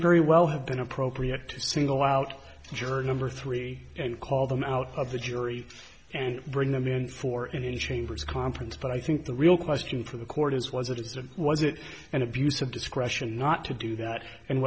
very well have been appropriate to single out journal or three and call them out of the jury and bring them in for and in chambers conference but i think the real question for the court is was it is was it an abuse of discretion not to do that and